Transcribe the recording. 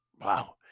wow